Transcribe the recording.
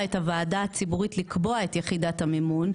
את הוועדה הציבורית לקבוע את יחידת המימון,